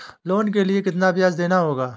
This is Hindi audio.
लोन के लिए कितना ब्याज देना होगा?